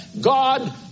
God